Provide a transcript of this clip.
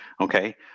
Okay